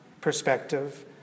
perspective